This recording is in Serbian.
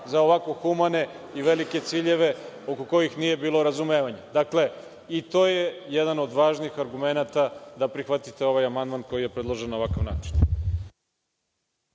za ovako humane i velike ciljeve, oko kojih nije bilo razumevanja. Dakle, i to je jedan od važnih argumenata da prihvatite ovaj amandman koji je predložen na ovakav način.